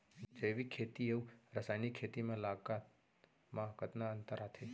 जैविक खेती अऊ रसायनिक खेती के लागत मा कतना अंतर आथे?